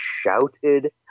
shouted